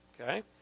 okay